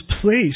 place